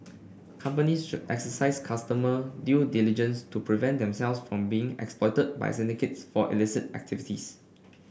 companies should exercise customer due diligence to prevent themselves from being exploited by syndicates for illicit activities